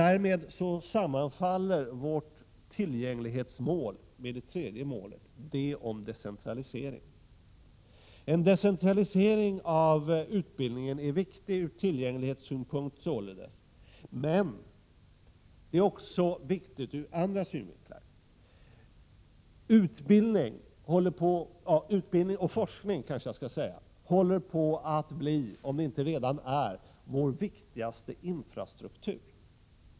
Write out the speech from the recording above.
Därmed sammanfaller vårt tillgänglighetsmål med det tredje målet, det om decentralisering. En decentralisering av utbildningen är således viktig från tillgänglighetssynpunkt men viktig också ur andra synvinklar. Utbildning och forskning håller på att bli, om det inte redan är det, vår viktigaste infrastruktur.